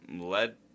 led